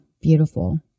beautiful